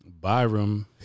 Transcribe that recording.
Byram